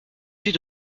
suis